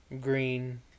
Green